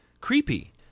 creepy